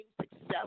successful